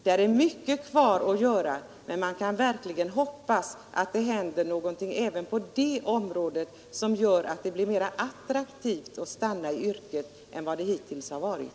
Det finns mycket kvar att göra, och man kan verkligen hoppas att det händer något även på det området som gör att det blir mera attraktivt att stanna i yrket än det hittills varit.